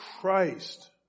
Christ